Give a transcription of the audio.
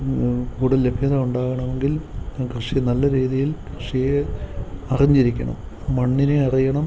കൂടുതൽ ലഭ്യത ഉണ്ടാകണമെങ്കിൽ കൃഷി നല്ല രീതിയിൽ കൃഷിയെ അറിഞ്ഞിരിക്കണം മണ്ണിനെ അറിയണം